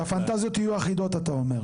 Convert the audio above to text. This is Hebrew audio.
שהפנטזיות יהיו אחידות אתה אומר.